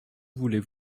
voulez